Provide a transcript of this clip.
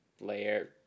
layer